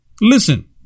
Listen